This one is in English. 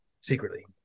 Secretly